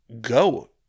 go